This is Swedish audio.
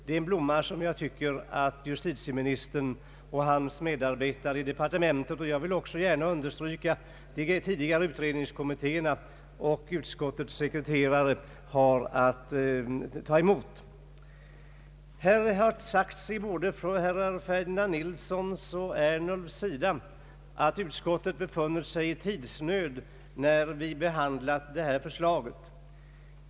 Det är en blomma som jag tycker att justitieministern och hans medarbetare i departementet, de tidigare utredningskommittérna och utskottets sekreterare har att ta emot och är förtjänta av. Både herr Ferdinand Nilsson och herr Ernulf har här sagt att utskottet befunnit sig i tidsnöd när det behandlat detta förslag.